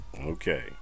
Okay